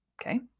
okay